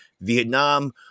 vietnam